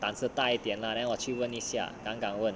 胆子大一点 lah then 我去一下敢敢问